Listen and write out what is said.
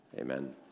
Amen